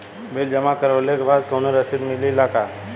Bill जमा करवले के बाद कौनो रसिद मिले ला का?